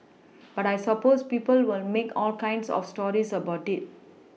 but I suppose people will make all kinds of stories about it